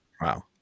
Wow